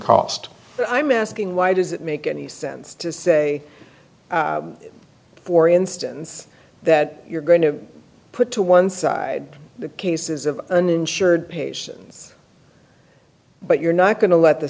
but i'm asking why does it make any sense to say for instance that you're going to put to one side the cases of uninsured patients but you're not going to let the